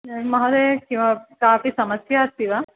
महोदया कापि समस्यास्ति वा